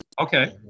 Okay